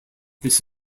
this